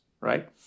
right